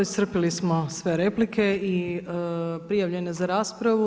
Iscrpili smo sve replike i prijavljene za raspravu.